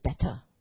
better